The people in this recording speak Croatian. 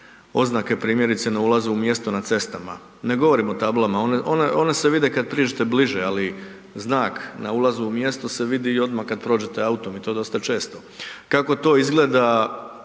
oznake primjerice na ulazu u mjesto na cestama, ne govorim o tablama, one, one se vide kad priđete bliže, ali znak na ulazu u mjesto se vidi i odma kad prođete autom i to dosta često. Kako to izgleda